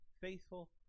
faithful